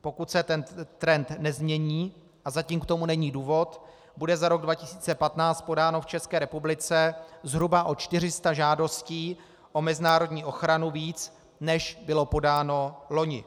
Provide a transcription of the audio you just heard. Pokud se trend nezmění, a zatím k tomu není důvod, bude za rok 2015 podáno v České republice zhruba o 400 žádostí o mezinárodní ochranu víc, než bylo podáno loni.